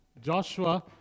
Joshua